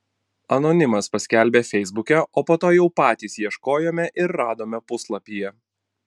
anonimas paskelbė feisbuke o po to jau patys ieškojome ir radome puslapyje